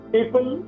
People